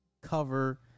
cover